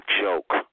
joke